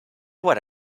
what